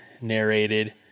narrated